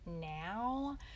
now